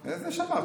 איזה שמר?